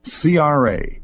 CRA